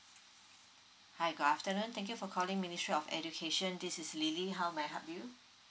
hi good afternoon thank you for calling ministry of education this is lily how may I help you